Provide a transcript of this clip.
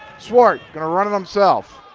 swart is going to run it himself.